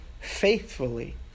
faithfully